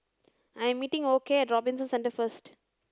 I'm meeting Okey at Robinson Centre first